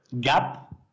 gap